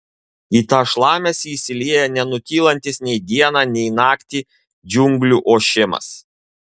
į tą šlamesį įsilieja nenutylantis nei dieną nei naktį džiunglių ošimas